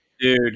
Dude